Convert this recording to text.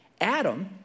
Adam